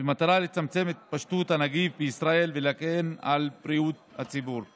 במטרה לצמצם את התפשטות הנגיף בישראל ולהגן על בריאות הציבור.